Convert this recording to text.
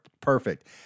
Perfect